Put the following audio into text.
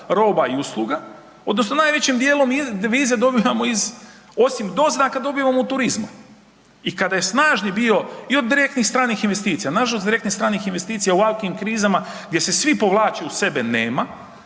roba i usluga odnosno najvećim dijelom devize dobivamo osim doznaka, dobivamo od turizma. I kada je snažni bio i od direktnih stranih investicija, nažalost direktnih stranih investicija u ovakvim krizama gdje se svi povlače u sebe nema,